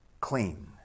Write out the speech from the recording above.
clean